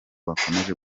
bakomeje